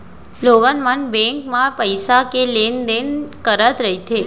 लोगन मन बेंक म पइसा के लेन देन करत रहिथे